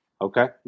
Okay